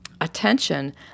attention